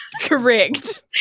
Correct